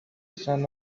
son